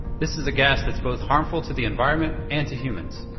this is a gas that's both harmful to the environment and to humans.